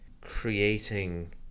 creating